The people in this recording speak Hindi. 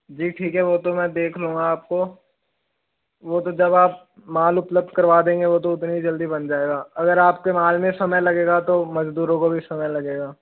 जी ठीक है वो तो मैं देख लूँगा आपको वो तो जब आप माल उपलब्ध करवा देंगे वो तो उधर ही जल्दी बन जाएगा अगर आपके माल में समय लगेगा तो मज़दूरों को भी समय लगेगा